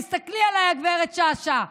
תסתכלי עליי, גב' שאשא,